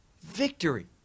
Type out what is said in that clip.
victory